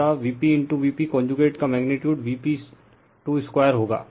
अत VpVp conjugate का magnitude Vp22 होगा